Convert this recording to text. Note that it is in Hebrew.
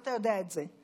ואתה יודע את זה.